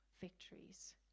Victories